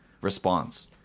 response